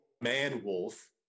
man-wolf